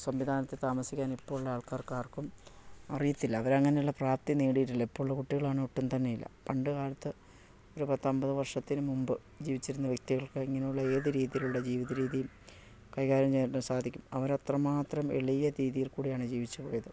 സംവിധാനത്തിൽ താമസിക്കാൻ ഇപ്പോഴുള്ള ആൾക്കാർക്ക് ആർക്കും അറിയത്തില്ല അവർ അങ്ങനെയുള്ള പ്രാപ്തി നേടിയിട്ടില്ല ഇപ്പോഴുള്ള കുട്ടികളാണെങ്കിൽ ഒട്ടും തന്നെ ഇല്ല പണ്ട് കാലത്ത് ഒരു പത്ത് അമ്പത് വർഷത്തിന് മുമ്പ് ജീവിച്ചിരുന്ന വ്യക്തികൾക്ക് ഇങ്ങനെയുള്ള ഏത് രീതിയിലുള്ള ജീവിത രീതിയും കൈകാര്യം ചെയ്യാനായിട്ട് സാധിക്കും അവർ എത്ര മാത്രം എളിയ രീതിയിൽ കൂടെയാണ് ജീവിച്ചു പോയത്